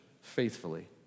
faithfully